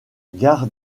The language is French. gare